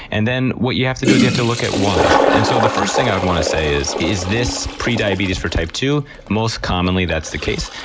and then what you have to do is you have to look at why. and so the first thing i would want to say is, is this prediabetes for type two? most commonly that's the case.